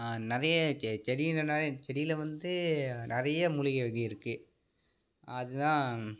நிறைய செ செடின்னு செடியில் வந்து நிறைய மூலிகை வகை இருக்குது அதுதான்